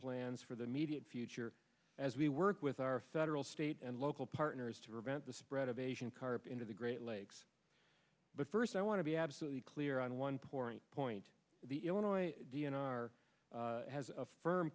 plans for the immediate future as we work with our federal state and local partners to prevent the spread of asian carp into the great lakes but first i want to be absolutely clear on one point point the illinois d n r has a firm